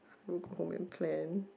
you go home and plan